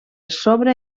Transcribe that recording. sobre